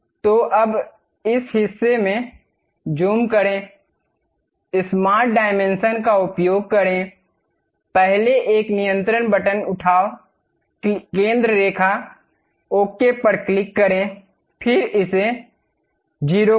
तो अब इस हिस्से में ज़ूम करें स्मार्ट परिमाप का उपयोग करें पहले एक नियंत्रण बटन उठाओ केंद्र रेखा ओके पर क्लिक करें फिर इसे 0 करें